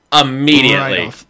immediately